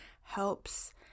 helps